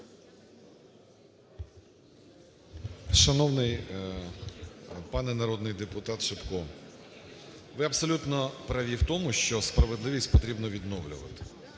Шановний пане народний депутатШипко, ви абсолютно праві в тому, що справедливість потрібно відновлювати.